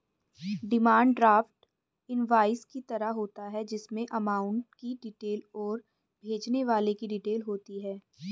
demand draft invoice की तरह होता है जिसमे अमाउंट की डिटेल और भेजने वाले की डिटेल होती है